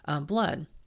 blood